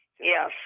Yes